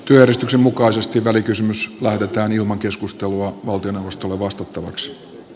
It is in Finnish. työjärjestyksen mukaisesti välikysymys lähetetään ilman keskustelua valtioneuvoston on vastattava x